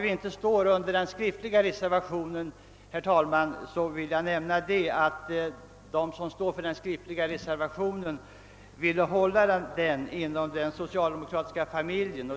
De som står för den motiverade reservationen är nya här i kammaren, och de ville hålla reservationen inom den socialdemokratiska familjen.